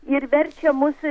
ir verčia mus